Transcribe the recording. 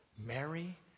Mary